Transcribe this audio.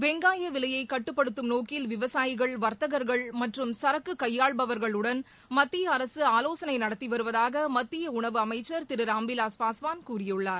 வெங்காய விலையை கட்டுப்படுத்தும் நோக்கில் விவசாயிகள் வாத்தகா்கள் மற்றும் சரக்கு கையாள்பவர்களுடன் மத்திய அரசு ஆவோசனை நடத்தி வருவதாக உணவு அமைச்சர் திரு ராம்விவாஸ் பாஸ்வான் கூறியுள்ளார்